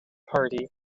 party